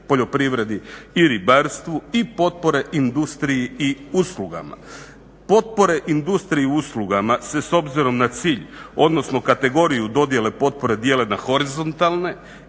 poljoprivredi i ribarstvu i potpore industriji i uslugama. Potpore industriji i uslugama se s obzirom na cilj, odnosno kategoriju dodjele potpore dijele na horizontalne